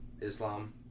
Islam